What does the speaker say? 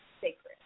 sacred